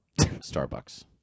Starbucks